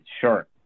sure